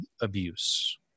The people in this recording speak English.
abuse